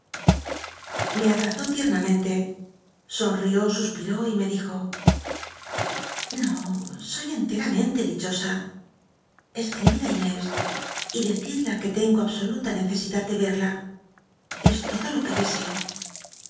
ife abrazó tiernamente sonrió suspiró y me dijo no soy enteramente dichosa escribid á inés y decidla que tengo absoluta necesidad de rerla es lodo lo que deseo